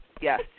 Yes